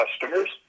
customers